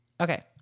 Okay